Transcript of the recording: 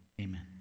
amen